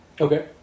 Okay